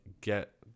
get